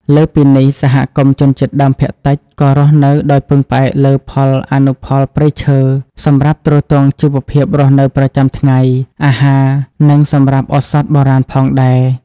លើសពីនេះ សហគមន៍ជនជាតិដើមភាគតិចក៏រស់នៅដោយពឹងផ្អែកលើផលអនុផលព្រៃឈើសម្រាប់ទ្រទ្រង់ជីវភាពរស់នៅប្រចាំថ្ងៃ អាហារ និងសម្រាប់ឱសថបុរាណផងដែរ។